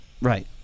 Right